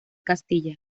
castilla